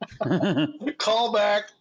Callback